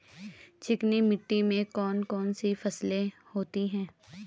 चिकनी मिट्टी में कौन कौन सी फसलें होती हैं?